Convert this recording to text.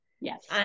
Yes